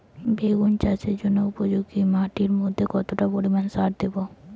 বেগুন চাষের জন্য উপযোগী মাটির মধ্যে কতটা পরিমান সার দেব?